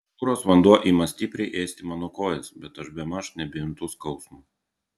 jūros vanduo ima stipriai ėsti mano kojas bet aš bemaž nebejuntu skausmo